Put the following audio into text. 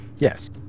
Yes